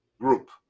group